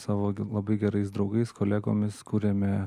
savo labai gerais draugais kolegomis kuriame